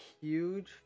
huge